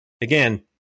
Again